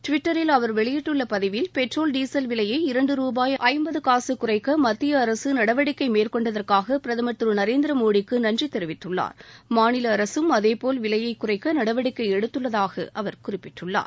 டுவிட்டரில் அவர் வெளியிட்டுள்ள பதிவில் பெட்ரோல் டீசல் விலையை இரண்டு ரூபாய் ஐம்பது காக குறைக்க மத்திய அரசு நடவடிக்கை மேற்கொண்டதற்காக பிரதமர் திரு நரேந்திர மோடிக்கு நன்றி தெரிவித்துள்ளார் மாநில அரசும் அதே போல் விலையை குறைக்க நடவடிக்கை எடுத்துள்ளதாக அவர் குறிப்பிட்டுள்ளார்